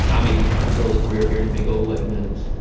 um may be trying to build a career here and it may go away, who knows.